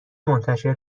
منتشر